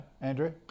Andrew